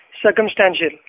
circumstantial